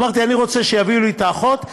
אמרתי: אני רוצה שיביאו לי את האחות,